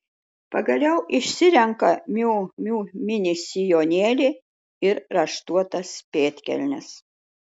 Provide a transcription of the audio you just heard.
pagaliau išsirenka miu miu mini sijonėlį ir raštuotas pėdkelnes